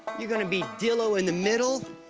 you're gonna be dillo in the middle,